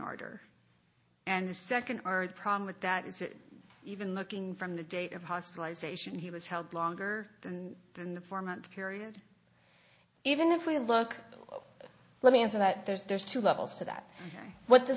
order and the second problem with that is that even looking from the date of hospitalisation he was held longer than than the four month period even if we look at let me answer that there's two levels to that what the